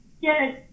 Yes